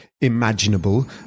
imaginable